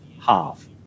half